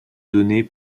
données